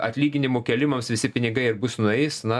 atlyginimų kėlimams visi pinigai ir bus nueis na